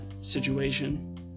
situation